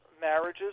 marriages